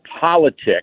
politics